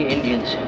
Indians